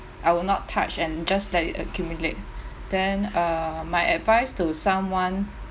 I will not touch and just let it accumulate then uh my advice to someone